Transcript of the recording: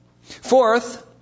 Fourth